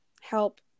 help